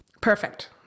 Perfect